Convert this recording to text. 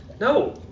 No